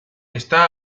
está